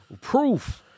Proof